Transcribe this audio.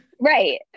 Right